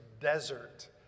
desert